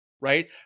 right